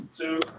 two